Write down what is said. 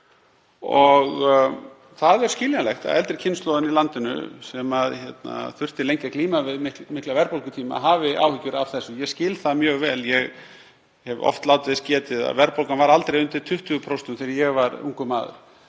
og það er skiljanlegt að eldri kynslóðin í landinu, sem þurftu lengi að glíma við mikla verðbólgutíma, hafi áhyggjur af þessu. Ég skil það mjög vel. Ég hef oft látið þess getið að verðbólgan var aldrei undir 20% þegar ég var ungur maður.